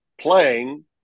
playing